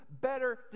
better